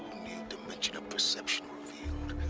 new dimension of perception revealed.